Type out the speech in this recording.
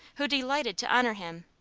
who delighted to honour him,